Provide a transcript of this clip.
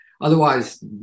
Otherwise